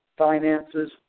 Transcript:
finances